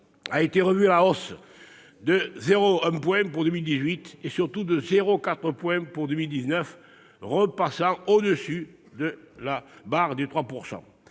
a été revu à la hausse de 0,1 point pour 2018 et, surtout, de 0,4 point pour 2019, repassant au-dessus de la barre des 3